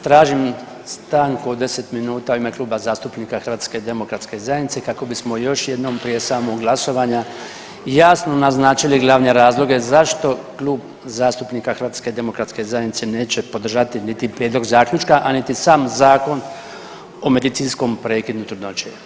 Tražim stanku od 10 minuta u ime Kluba zastupnika HDZ-a kako bismo još jednom prije samog glasovanja jasno naznačili glavne razloge zašto Klub zastupnika HDZ-a neće podržati niti prijedlog Zaključka, a niti sam Zakon o medicinskom prekidu trudnoće.